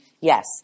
yes